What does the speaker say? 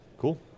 cool